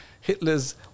Hitler's